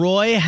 Roy